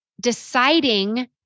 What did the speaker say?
deciding